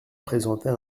présentait